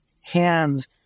hands